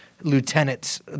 lieutenants